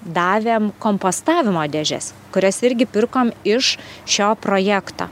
davėm kompostavimo dėžes kurias irgi pirkom iš šio projekto